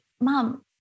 mom